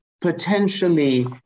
potentially